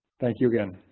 thank you again.